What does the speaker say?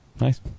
Nice